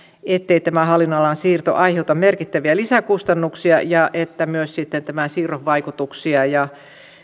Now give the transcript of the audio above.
ettei tämä hallinnonalan siirto aiheuta merkittäviä lisäkustannuksia ja että sitten tämän siirron vaikutuksia ja